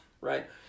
right